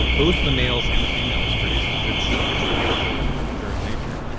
both the males and the females produce this. it's it's a beautiful wonder of nature